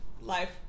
Life